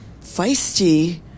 feisty